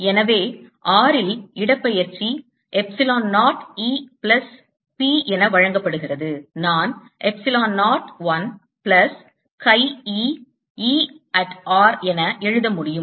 எனவே r இல் இடப்பெயர்ச்சி எப்சிலோன் 0 E பிளஸ் P என வழங்கப்படுகிறது நான் epsilon 0 1 plus Chi e E at r என எழுத முடியும்